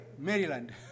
Maryland